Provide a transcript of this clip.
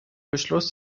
beschluss